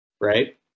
Right